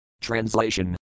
Translation